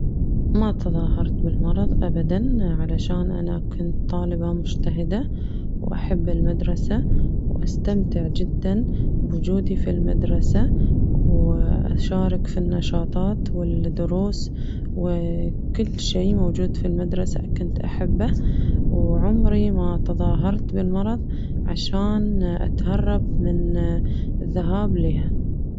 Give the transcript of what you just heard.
ما تظاهرت بالمرض أبداً عشان أنا كنت طالبة مجتهدة وأحب المدرسة وأستمتع جداً بوجودي في المدرسة و أشارك في النشاطات والدروس وكل شي موجود في المدرسة كنت أحبه وعمري ما تظاهرت بالمرض عشان أتهرب من الذهاب لها.